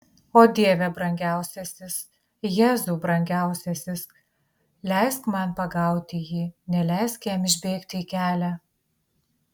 o dieve brangiausiasis jėzau brangiausiasis leisk man pagauti jį neleisk jam išbėgti į kelią